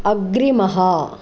अग्रिमः